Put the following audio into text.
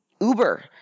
Uber